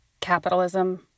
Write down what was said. capitalism